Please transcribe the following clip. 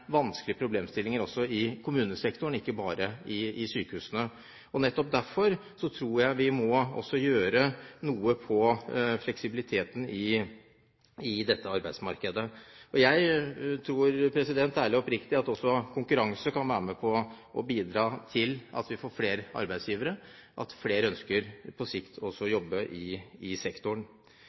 vanskelige problemstillinger i kommunesektoren, ikke bare i sykehusene. Nettopp derfor tror jeg vi må gjøre noe med fleksibiliteten i dette arbeidsmarkedet. Jeg tror ærlig og oppriktig at også konkurranse kan bidra til at man får flere arbeidsgivere, og at flere på sikt ønsker å jobbe i sektoren.